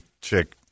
chick